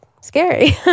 scary